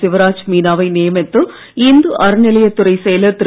சிவராஜ் மீனாவை நியமித்து இந்து அறநிலையத் துறை செயலர் திரு